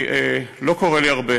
לא קורה לי הרבה